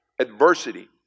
adversity